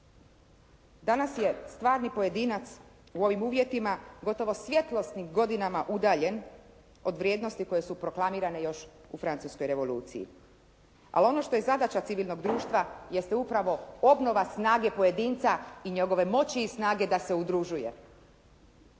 Danas je stvarni pojedinac u ovim uvjetima, gotovo svjetlosnim godinama udaljen od vrijednosti koje su proklamirane još u Francuskoj revoluciji. Ali ono što je zadaća civilnog društva, jeste upravo obnova snage pojedinca i njegove moći i snage da se udružuje.